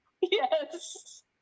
yes